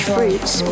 Fruits